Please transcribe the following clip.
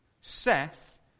Seth